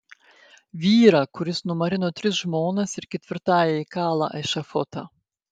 vyrą kuris numarino tris žmonas ir ketvirtajai kala ešafotą